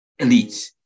elites